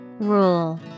Rule